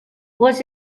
was